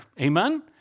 Amen